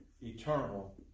Eternal